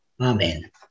Amen